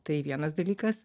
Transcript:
tai vienas dalykas